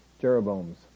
Jeroboam's